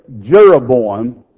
Jeroboam